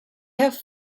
have